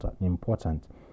important